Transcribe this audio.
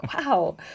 wow